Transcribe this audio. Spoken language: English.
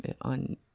on